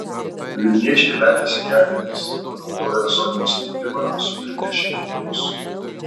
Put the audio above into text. vilniečiai metėsi gelbėtis panaudoję zoninį spaudimą sutrikdė šeimininkus